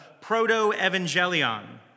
proto-evangelion